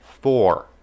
four